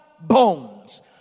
bones